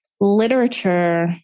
literature